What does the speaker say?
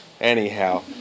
anyhow